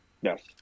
yes